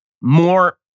more